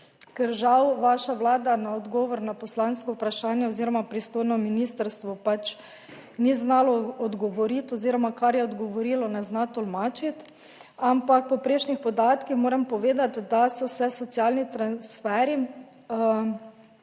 ker žal vaša Vlada na odgovor na poslansko vprašanje oziroma pristojno ministrstvo pač ni znalo odgovoriti oziroma kar je odgovorilo, ne zna tolmačiti, ampak po prejšnjih podatkih moram povedati, da so se socialni transferji